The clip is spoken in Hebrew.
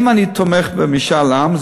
אם אני תומך במשאל עם,